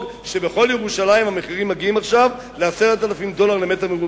שבכל ירושלים המחירים מגיעים עכשיו ל-10,000 דולר למ"ר.